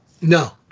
No